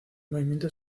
movimiento